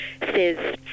says